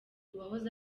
uwahoze